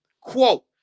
quote